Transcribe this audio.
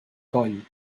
coll